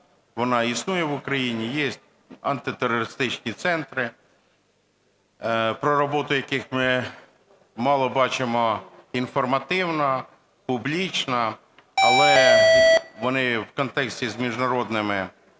вона існує в Україні, є антитерористичні центри, про роботу яких ми мало бачимо інформативно, публічно, але вони в контексті з міжнародними